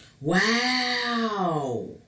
Wow